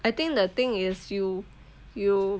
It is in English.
I think the thing is you you